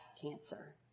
cancer